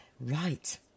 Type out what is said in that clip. right